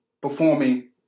performing